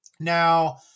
Now